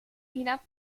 hinab